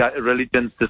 religions